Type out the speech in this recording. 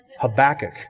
Habakkuk